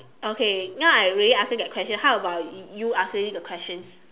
okay now I already answer the question how about y~ you answering the question